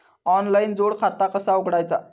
Online जोड खाता कसा उघडायचा?